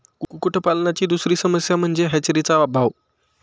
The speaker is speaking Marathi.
कुक्कुटपालनाची दुसरी समस्या म्हणजे हॅचरीचा अभाव